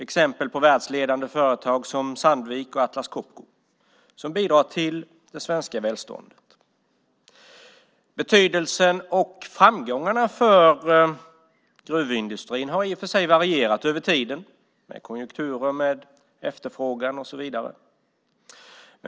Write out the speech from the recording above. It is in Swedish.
Exempel är världsledande företag som Sandvik och Atlas Copco som bidrar till det svenska välståndet. Betydelsen av och framgången för gruvindustrin har varierat över tid med konjunkturer, efterfrågan och så vidare.